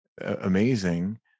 amazing